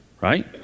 Right